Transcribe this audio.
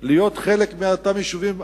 להיות חלק מאותם יישובים.